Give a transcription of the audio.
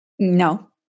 No